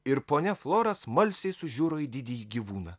ir ponia flora smalsiai sužiuro į didįjį gyvūną